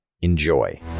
Enjoy